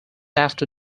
after